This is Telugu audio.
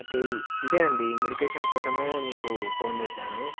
అయితే ఇదే అండి మెడికేషన్ కోసమే మీకు ఫోన్ చేశాను